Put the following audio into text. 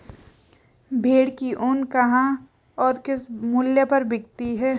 भेड़ की ऊन कहाँ और किस मूल्य पर बिकती है?